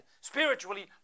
Spiritually